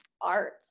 art